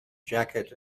jacket